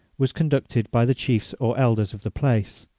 was conducted by the chiefs or elders of the place.